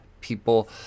people